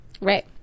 Right